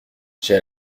j’ai